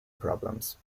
problems